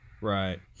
Right